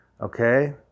Okay